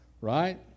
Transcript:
Right